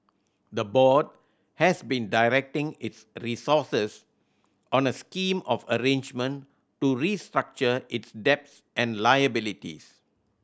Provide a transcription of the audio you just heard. the board has been directing its resources on a scheme of arrangement to restructure its debts and liabilities